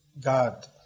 God